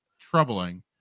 troubling